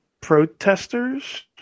protesters